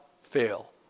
fail